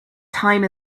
time